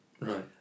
Right